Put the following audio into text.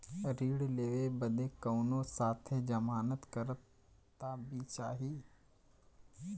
ऋण लेवे बदे कउनो साथे जमानत करता भी चहिए?